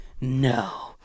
no